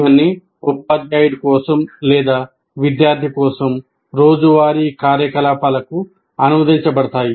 ఇవన్నీ ఉపాధ్యాయుడి కోసం లేదా విద్యార్థి కోసం రోజువారీ కార్యకలాపాలకు అనువదించబడతాయి